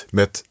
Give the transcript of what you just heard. met